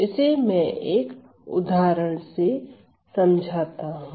इसे मैं एक उदाहरण से समझाता हूं